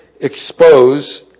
expose